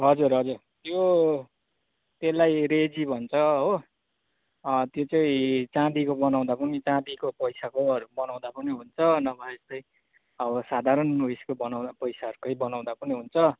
हजुर हजुर यो त्यसलाई रेजी भन्छ हो त्यो चाहिँ चाँदीको बनाउँदा पनि चाँदीको पैसाकोहरू बनाउँदा पनि हुन्छ नभए चाहिँ अब साधारण ऊ यसको बनाउँदा पैसाहरूको बनाउँदा पनि हुन्छ